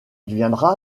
viendra